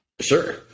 Sure